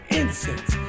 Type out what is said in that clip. incense